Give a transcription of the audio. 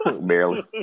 barely